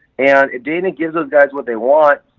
and if dina gives those guys what they want,